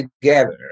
together